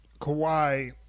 Kawhi